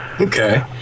okay